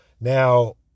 Now